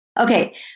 Okay